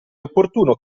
opportuno